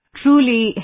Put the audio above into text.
truly